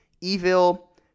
Evil